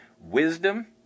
wisdom